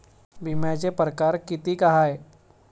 बिम्याचे परकार कितीक हाय?